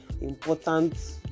important